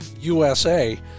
USA